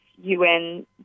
UN